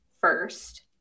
first